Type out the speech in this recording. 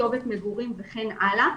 כתובת מגורים וכן הלאה,